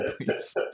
please